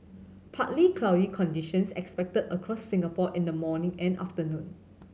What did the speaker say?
partly cloudy conditions expected across Singapore in the morning and afternoon